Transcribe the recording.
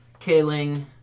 Kaling